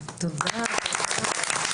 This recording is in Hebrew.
תודה, תודה.